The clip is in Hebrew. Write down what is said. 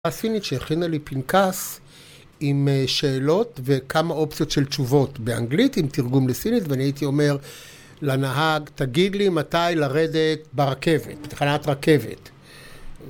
הסינית שהכינה לי פנקס עם שאלות וכמה אופציות של תשובות באנגלית עם תרגום לסינית ואני הייתי אומר לנהג תגיד לי מתי לרדת ברכבת, בתחנת רכבת